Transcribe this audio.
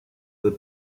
the